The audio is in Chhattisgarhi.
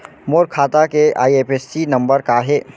मोर खाता के आई.एफ.एस.सी नम्बर का हे?